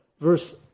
verse